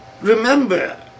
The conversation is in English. Remember